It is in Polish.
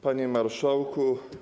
Panie Marszałku!